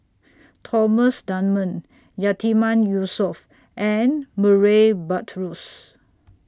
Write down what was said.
Thomas Dunman Yatiman Yusof and Murray Buttrose